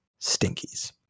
stinkies